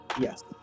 Yes